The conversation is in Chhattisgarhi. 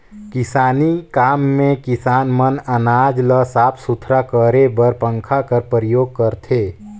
किसानी काम मे किसान मन अनाज ल साफ सुथरा करे बर पंखा कर परियोग करथे